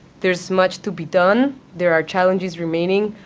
there's much to be done. there are challenges remaining.